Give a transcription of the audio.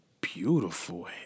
beautiful